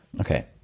Okay